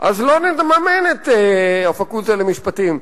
אז לא נממן את הפקולטה למשפטים.